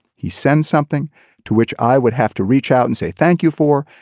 he said something to which i would have to reach out and say thank you for.